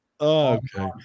Okay